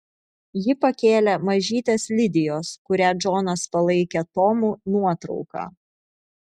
ji pakėlė mažytės lidijos kurią džonas palaikė tomu nuotrauką